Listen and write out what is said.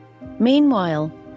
Meanwhile